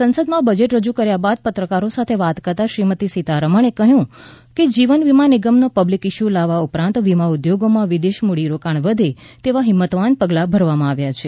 સંસદમાં બજેટ રજૂ કર્યા બાદ પત્રકારો સાથે વાત કરતાં શ્રીમતી સિતારમણે કહ્યું હતું કે જીવન વીમા નિગમનો પબ્લિક ઇસ્યુ લાવવા ઉપરાંત વીમા ઉદ્યોગમાં વિદેશી મૂડીરોકાણ વધે તેવા હિમમતવાન પગલાં ભરવામાં આવ્યા છે